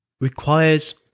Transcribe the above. requires